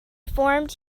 formed